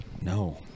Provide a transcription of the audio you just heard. No